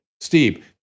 Steve